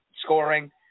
scoring